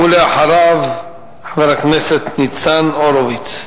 ואחריו, חבר הכנסת ניצן הורוביץ.